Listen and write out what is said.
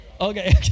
Okay